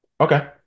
Okay